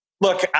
look